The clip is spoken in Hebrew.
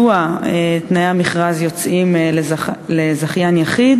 "רכבת ישראל" פרסמה מכרז לבחירת זכיין יחיד